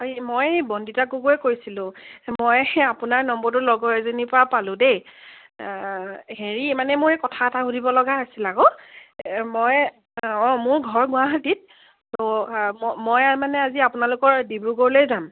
হয় মই বন্দিতা গগৈয়ে কৈছিলোঁ মই সেই আপোনাৰ নম্বৰটো লগৰ এজনীৰ পৰা পালোঁ দেই হেৰি মানে মই কথা এটা সুধিব লগা আছিল আকৌ মই অঁ মোৰ ঘৰ গুৱাহাটীত ত' ম মই মানে আজি আপোনালোকৰ ডিব্ৰুগড়লৈ যাম